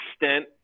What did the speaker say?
extent